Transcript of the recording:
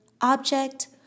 object